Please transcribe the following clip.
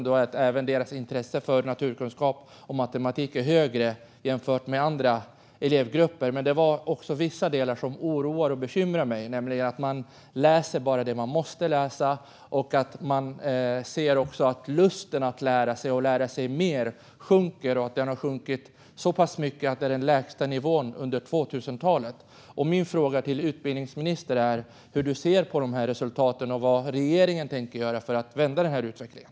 Det visade sig även att deras intresse för naturkunskap och matematik är högre jämfört med andra elevgrupper. Men det fanns också vissa delar som oroar och bekymrar mig, nämligen att man bara läser det man måste läsa. Det visar sig också att lusten att lära sig och att lära sig mer sjunker och att den har sjunkit så pass mycket att det är den lägsta nivån under 2000-talet. Min fråga till utbildningsministern är hur hon ser på de här resultaten och vad regeringen tänker göra för att vända utvecklingen.